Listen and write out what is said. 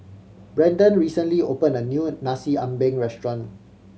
Brenden recently opened a new Nasi Ambeng restaurant